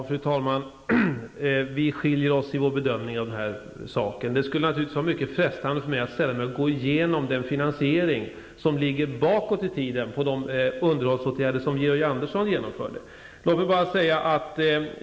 Fru talman! Vi skiljer oss i vår bedömning av detta. Det skulle naturligtvis vara mycket frestande för mig att gå igenom finansieringen av de underhållsåtgärder som Georg Andersson tidigare genomförde.